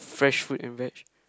fresh fruit and veg